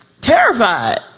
terrified